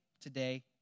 today